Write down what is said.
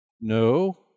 No